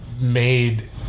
made